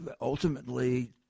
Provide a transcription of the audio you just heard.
ultimately